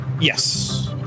yes